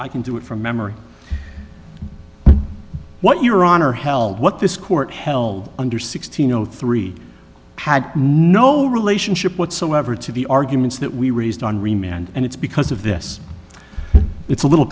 i can do it from memory what your honor held what this court held under sixteen zero three had no relationship whatsoever to the arguments that we raised on remand and it's because of this it's a little